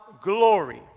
glory